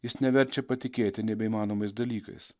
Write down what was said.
jis neverčia patikėti nebeįmanomais dalykais